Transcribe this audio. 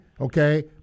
Okay